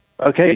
Okay